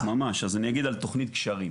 אני אדבר על תוכנית קשרים.